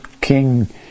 King